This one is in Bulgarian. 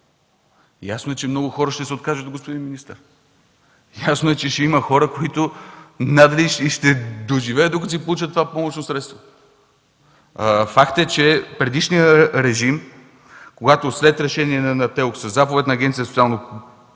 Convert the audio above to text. Ясно е, че много хора ще се откажат, господин министър. Ясно е, че ще има хора, които надали ще доживеят, докато си получат това помощно средство. Факт е, че предишният режим, когато след решение на ТЕЛК, със заповед на Агенция „Социално